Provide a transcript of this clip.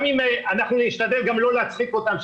אנחנו גם נשתדל לא להצחיק אותם,